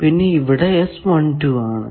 പിന്നെ ഇവിടെ ആണ്